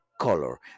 color